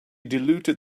diluted